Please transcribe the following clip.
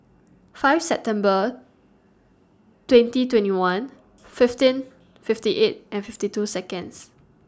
five September twenty twenty one fifteen fifty eight and fifty two Seconds